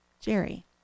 Jerry